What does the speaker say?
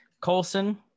Colson